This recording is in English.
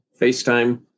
FaceTime